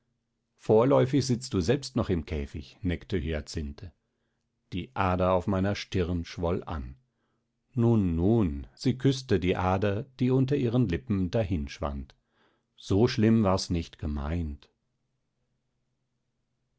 vorläufig sitzt du selbst noch im käfig neckte hyacinthe die ader auf meiner stirn schwoll an nun nun sie küßte die ader die unter ihren lippen dahinschwand so schlimm war's nicht gemeint